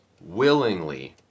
willingly